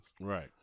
Right